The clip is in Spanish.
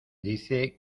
dice